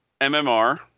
MMR